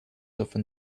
often